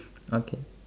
okay